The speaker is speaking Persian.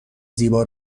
زیبا